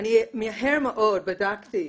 מהר מאוד בדקתי,